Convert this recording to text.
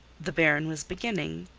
the baron was beginning.